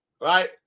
right